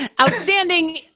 Outstanding